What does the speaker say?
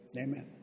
Amen